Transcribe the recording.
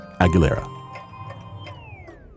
Aguilera